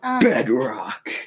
Bedrock